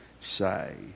say